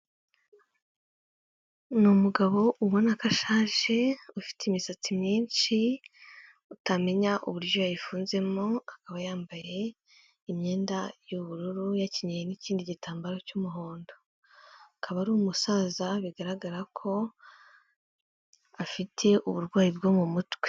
Ni umugabo ubona ko ashaje ufite imisatsi myinshi utamenya uburyo yayifunzemo akaba yambaye imyenda y'ubururu yakenyeye n'ikindi gitambaro cy'umuhondo, akaba ari umusaza bigaragara ko afite uburwayi bwo mu mutwe.